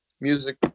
music